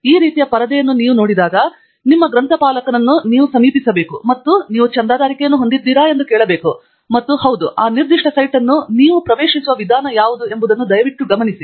ಈ ರೀತಿಯ ಪರದೆಯನ್ನು ನೀವು ನೋಡಿದಾಗ ನಿಮ್ಮ ಗ್ರಂಥಪಾಲಕನನ್ನು ನೀವು ಸಮೀಪಿಸಲು ಮತ್ತು ನೀವು ಚಂದಾದಾರಿಕೆಯನ್ನು ಹೊಂದಿದ್ದೀರಾ ಎಂದು ಕೇಳಬೇಕು ಮತ್ತು ಹೌದು ಆ ನಿರ್ದಿಷ್ಟ ಸೈಟ್ ಅನ್ನು ನೀವು ಪ್ರವೇಶಿಸುವ ವಿಧಾನ ಯಾವುದು ಎಂಬುದನ್ನು ದಯವಿಟ್ಟು ಗಮನಿಸಿ